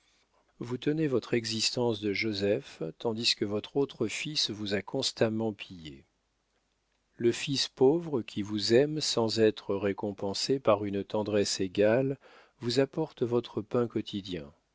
vous tenez votre existence de joseph tandis que votre autre fils vous a constamment pillée le fils pauvre qui vous aime sans être récompensé par une tendresse égale vous apporte votre pain quotidien